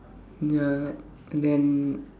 ya and then